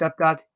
stepdad